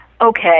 Okay